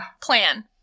plan